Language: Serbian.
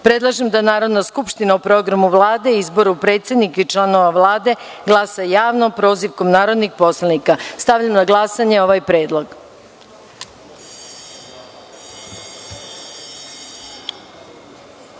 da Narodna skupština o Programu Vlade i izboru predsednika i članove Vlade, glasa javno – prozivkom narodnih poslanika. Stavljam na glasanje ovaj